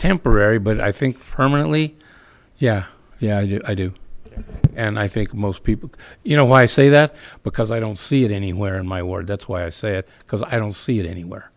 temporary but i think permanently yeah yeah yeah i do and i think most people you know why i say that because i don't see it anywhere in my ward that's why i say it because i don't see it anywhere